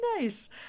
Nice